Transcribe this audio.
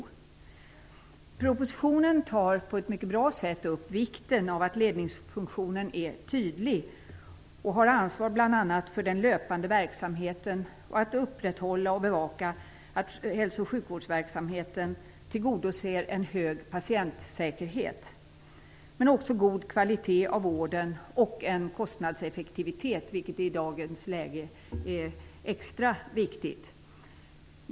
I propositionen tas på ett mycket bra sätt upp vikten av att ledningsfunktionen är tydlig och har ansvar bl.a. för den löpande verksamheten, upprätthåller och bevakar att hälso och sjukvårdsverksamheten tillgodoser en hög patientsäkerhet men också god kvalitet av vården och en kostnadseffektivitet, vilket i dagens läge är extra viktigt.